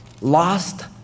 lost